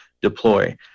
deploy